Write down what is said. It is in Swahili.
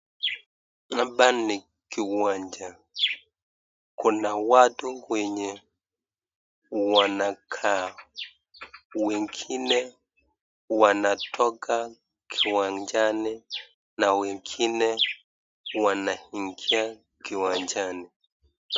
Hapa ni kiwanja. Kuna watu wenye wanakaa wengine wanatoka kiwanjani na wengine waningia kiwanjani.